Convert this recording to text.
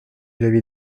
l’avis